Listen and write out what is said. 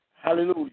hallelujah